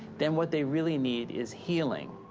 then what they really need is healing.